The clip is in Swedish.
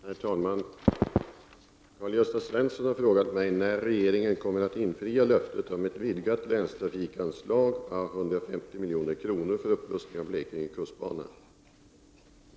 Herr talman! Karl-Gösta Svenson har frågat mig när regeringen kommer att infria löftet om ett vidgat länstrafikanslag å 150 milj.kr. för upprustning av Blekinge kustbana.